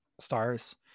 stars